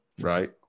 right